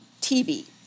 TV